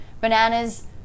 Bananas